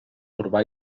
urbà